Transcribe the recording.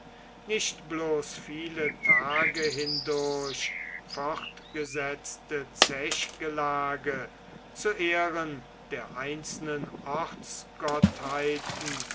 nicht bloß viele tage hindurch fortgesetzte zechgelage zu ehren der einzelnen